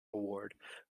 award